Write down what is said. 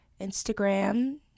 Instagram